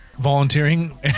volunteering